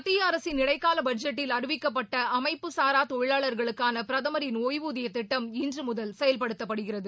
மத்திய அரசின் இடைக்கால பட்ஜெட்டில் அறிவிக்கப்பட்ட அமைப்புச்சாரா தொழிலாளர்களுக்கான பிரதமரின் ஒய்வூதிய திட்டம் இன்று முதல் செயல்படுத்தப்படுகிறது